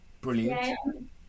Brilliant